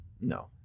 No